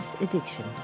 Addiction